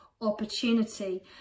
opportunity